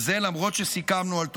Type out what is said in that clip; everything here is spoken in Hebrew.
למרות שסיכמנו על תוכנית".